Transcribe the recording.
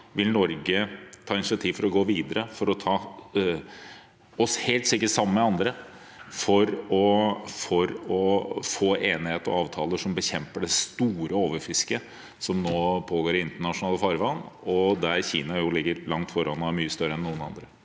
Norge ta initiativ til å gå videre, helt sikkert sammen med andre, for å få enighet og avtaler som bekjemper det store overfisket som nå pågår i internasjonale farvann, der Kina ligger langt foran og er mye større enn noen andre?